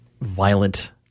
violent